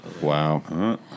wow